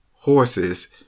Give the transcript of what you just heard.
horses